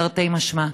תרתי משמע.